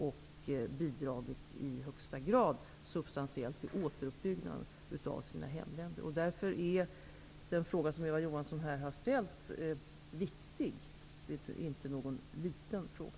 De har i högsta grad och substantiellt bidragit till återuppbyggandet av sina hemländer. Den fråga Eva Johansson här har ställt är därför inte någon liten fråga.